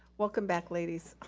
welcome back, ladies.